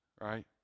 right